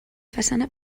façana